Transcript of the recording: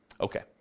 okay